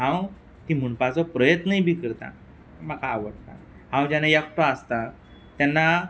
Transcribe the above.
हांव तीं म्हणपाचो प्रयत्नूय बी करतां म्हाका आवडटा हांव जेन्ना एकटो आसतां तेन्ना